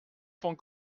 font